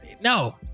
No